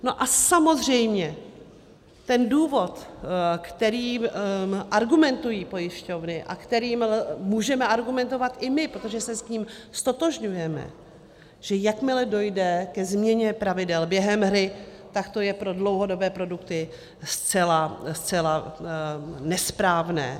No a samozřejmě ten důvod, kterým argumentují pojišťovny a kterým můžeme argumentovat i my, protože se s ním ztotožňujeme, že jakmile dojde ke změně pravidel během hry, tak to je pro dlouhodobé produkty zcela nesprávné.